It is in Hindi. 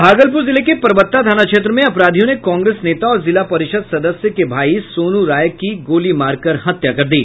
भागलपूर जिले के परबत्ता थाना क्षेत्र में अपराधियों ने कांग्रेस नेता और जिला परिषद सदस्य के भाई सोनू राय की गोली मारकर हत्या कर दी